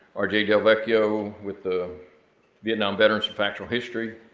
rj del vecchio with the vietnam veterans for factual history,